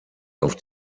auf